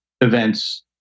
events